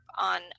on